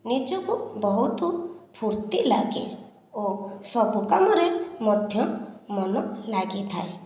ନିଜକୁ ବହୁତ ଫୁର୍ତ୍ତି ଲାଗେ ଓ ସବୁ କାମରେ ମଧ୍ୟ ମନ ଲାଗିଥାଏ